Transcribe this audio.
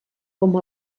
com